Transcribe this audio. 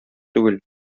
түгел